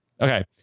Okay